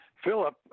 Philip